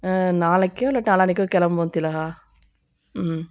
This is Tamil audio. நாளைக்கோ இல்லாட்டி நாளான்னைக்கோ கிளம்புவோம் திலகா ம்